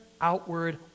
outward